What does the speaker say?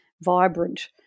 vibrant